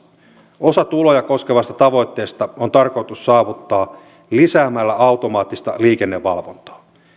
osa tuloja koskevasta tavoitteesta on tarkoitus saavuttaa lisäämällä automaattista liikennevalvontaa